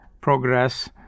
progress